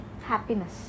Happiness